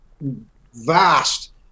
vast